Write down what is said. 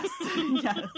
yes